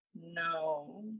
no